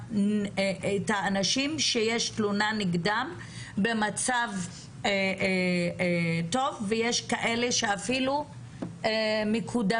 האנשים שיש תלונה נגדם במצב טוב ויש כאלה שאפילו מקודמים